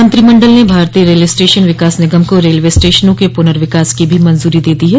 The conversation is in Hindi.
मंत्रिमंडल ने भारतीय रेल स्टेशन विकास निगम को रेलवे स्टेशनों के पुनर्विकास को भी मंजूरी दे दी है